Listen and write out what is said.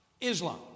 Islam